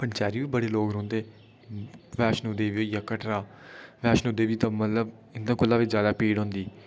पंचैरी बी बड़े लोक रौंह्दे वैश्णो देवी होई गेआ कटरा वैश्णो देबी ते मतलब एह्दे कोला बी ज्यादा भीड़ होंदी